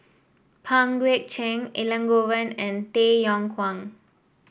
Pang Guek Cheng Elangovan and Tay Yong Kwang